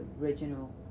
original